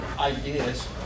ideas